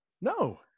No